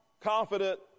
confident